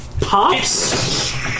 pops